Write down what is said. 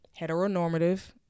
heteronormative